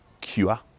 cure